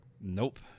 Nope